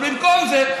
אבל במקום זה,